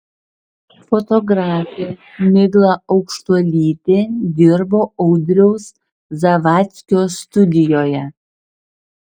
fotografė migla aukštuolytė dirbo audriaus zavadskio studijoje